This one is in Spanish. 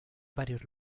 varios